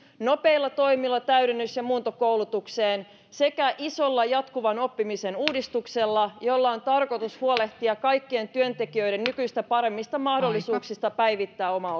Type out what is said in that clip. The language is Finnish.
nopeilla toimilla täydennys ja muuntokoulutukseen sekä isolla jatkuvan oppimisen uudistuksella jolla on tarkoitus huolehtia kaikkien työntekijöiden nykyistä paremmista mahdollisuuksista päivittää omaa